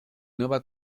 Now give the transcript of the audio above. nueva